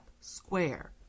Square